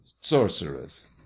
sorceress